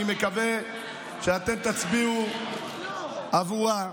אני מקווה שאתם תצביעו עבורה,